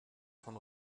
von